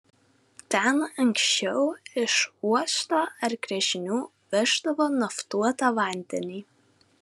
ten anksčiau iš uosto ar gręžinių veždavo naftuotą vandenį